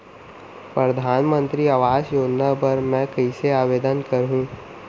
परधानमंतरी आवास योजना बर मैं कइसे आवेदन करहूँ?